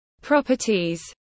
Properties